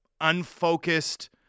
unfocused